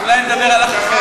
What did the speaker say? אז אולי אני מדבר על אח אחר.